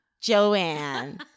Joanne